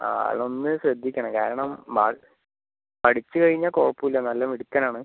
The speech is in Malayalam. ആ അതൊന്ന് ശ്രദ്ധിക്കണം കാരണം മാർക്ക് പഠിച്ച് കഴിഞ്ഞാൽ കുഴപ്പമില്ല നല്ല മിടുക്കൻ ആണ്